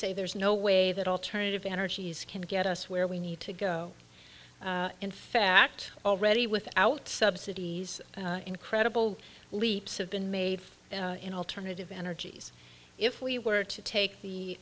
say there's no way that alternative energies can get us where we need to go in fact already without subsidies incredible leaps have been made in alternative energies if we were to take the